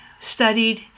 studied